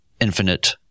infinite